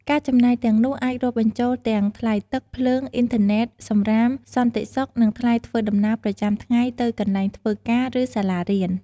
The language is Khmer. ការចំណាយទាំងនោះអាចរាប់បញ្ចូលទាំងថ្លៃទឹក ភ្លើង អ៊ីនធឺណេត សំរាម សន្តិសុខ និងថ្លៃធ្វើដំណើរប្រចាំថ្ងៃទៅកន្លែងធ្វើការ ឬសាលារៀន។